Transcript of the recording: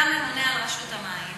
אתה ממונה על רשות המים